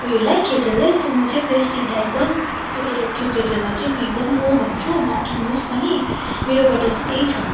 ऊ योलाई केटललाई सो म चाहिँ प्रेसटिजलाई एकदम त्यो इलेक्ट्रिक केटललाई चाहिँ नो भन्छु नकिन्नुहोस् पनि मेरोबट चाहिँ त्यही छ